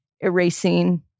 erasing